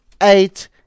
eight